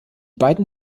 beiden